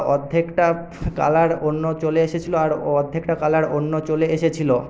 অর্ধেকটা কালার অন্য চলে এসেছিল আর অর্ধেকটা কালার অন্য চলে এসেছিল